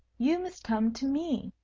you must come to me.